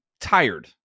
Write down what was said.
tired